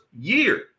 year